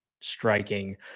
striking